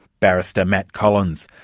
barrister, matt collins.